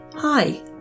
Hi